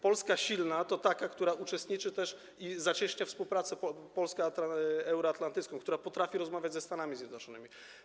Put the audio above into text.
Polska silna to taka, która też uczestniczy, zacieśnia współpracę polsko-euroatlantycką, która potrafi rozmawiać ze Stanami Zjednoczonymi.